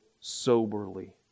soberly